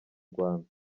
rwanda